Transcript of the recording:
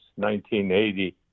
1980